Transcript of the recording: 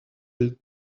elle